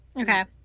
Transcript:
Okay